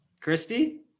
Christy